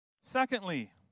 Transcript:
Secondly